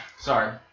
Sorry